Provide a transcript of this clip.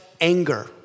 anger